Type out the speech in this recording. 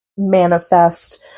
manifest